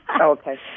Okay